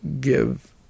give